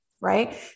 right